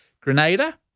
Grenada